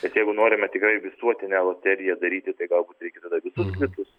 bet jeigu norime tikrai visuotinę loteriją daryti tai galbūt reikia tada visus kitus